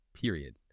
period